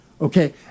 okay